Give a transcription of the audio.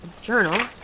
journal